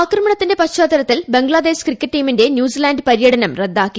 ആക്രമണത്തിന്റെ പശ്ചാത്തലത്തിൽ ബംഗ്ലാദേശ് ക്രിക്കറ്റ് ടീമിന്റെ ന്യൂസിലാന്റ് പര്യടനം റദ്ദാക്കി